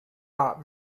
not